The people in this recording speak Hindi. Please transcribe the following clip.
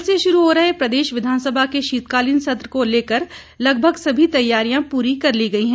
कल से शुरू हो रहे प्रदेश विधानसभा के शीतकालीन सत्र को लेकर लगभग सभी तैयारियां पूरी कर ली गई हैं